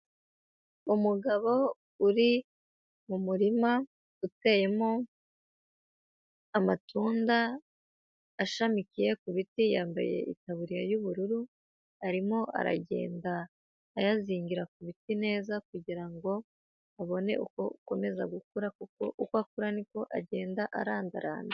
Umugabo uri mu murima uteyemo amatunda ashamikiye ku biti, yambaye itaburiya y'ubururu, arimo aragenda ayazingira ku biti neza kugira ngo abone uko akomeza gukura kuko uko akura ni ko agenda arandaranda.